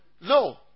No